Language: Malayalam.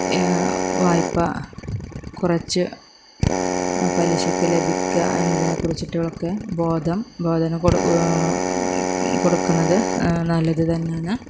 വായ്പ്പ കുറച്ചു പലിശക്ക് ലഭിക്കാഞ്ഞതിനെ കുറിച്ചിട്ടൊക്കെ ബോധം ബോധനം കൊടുക്കുന്നത് നല്ലതു തന്നെയാണ്